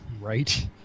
Right